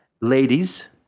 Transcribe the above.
Ladies